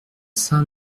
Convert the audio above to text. saint